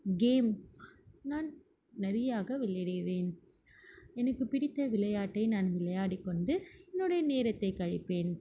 game நான் நிறையாக விளையாடிவேன் எனக்கு பிடித்த விளையாட்டை நான் விளையாடிக்கொண்டு என்னுடைய நேரத்தை கழிப்பேன்